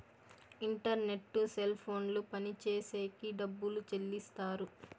internet cell ఫోన్లు పనిచేసేకి డబ్బులు చెల్లిస్తారు